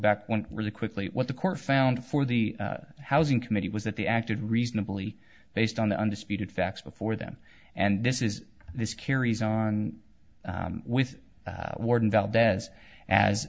back one really quickly what the court found for the housing committee was that they acted reasonably based on the undisputed facts before them and this is this carries on with